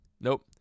Nope